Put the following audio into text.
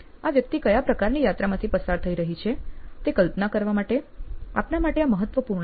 આ વ્યક્તિ કયા પ્રકારની યાત્રામાંથી પસાર થઇ રહી છે તે કલ્પના કરવા માટે આપના માટે આ મહત્વપૂર્ણ છે